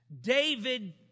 David